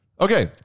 Okay